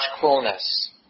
coolness